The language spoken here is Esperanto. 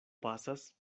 pasas